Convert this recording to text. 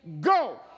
Go